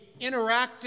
interactive